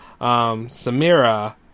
Samira